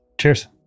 Cheers